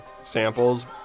samples